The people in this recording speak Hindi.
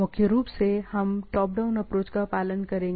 मुख्य रूप से हम टॉप डाउन अप्रोच का पालन करेंगे